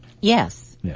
Yes